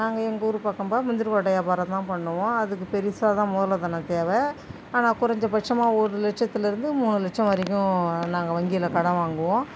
நாங்கள் எங்கள் ஊர் பக்கம்ப்பா முந்திரி கொட்டை வியாபாரம் தான் பண்ணுவோம் அதுக்கு பெருசாக தான் மூலதனம் தேவை ஆனால் குறைஞ்சபட்சமாக ஒரு லட்சத்துலேருந்து மூணு லட்சம் வரைக்கும் நாங்கள் வங்கியில் கடன் வாங்குவோம்